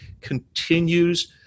continues